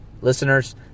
Listeners